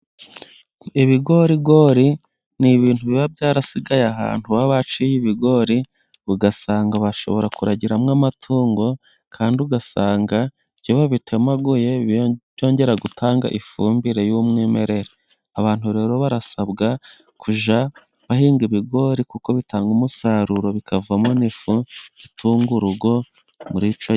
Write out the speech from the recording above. Ibigorigori ni ibintu biba byarasigaye ahantu baba baciye ibigori, ugasanga bashobora kuragiramo amatungo, kandi ugasanga iyo babitemaguye byongera gutanga ifumbire y'umwimerere. Abantu rero barasabwa kujya bahinga ibigori, kuko bitanga umusaruro bikavamo n'ifu, itunga urugo muri icyo gihe